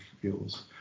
fuels